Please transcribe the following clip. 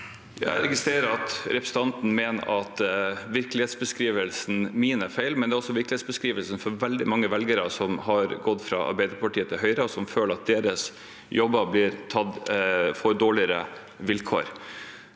Jeg registre- rer at representanten mener at virkelighetsbeskrivelsen min er feil. Men dette er også virkelighetsbeskrivelsen til veldig mange velgere som har gått fra Arbeiderpartiet til Høyre, og som føler at deres jobber får dårligere vilkår.